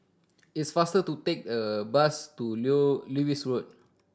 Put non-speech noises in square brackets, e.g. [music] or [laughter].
it's faster to take a bus to [unintelligible] Lewis Road